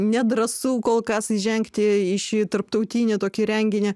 nedrąsu kol kas įžengti į šį tarptautinį tokį renginį